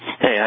Hey